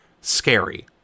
scary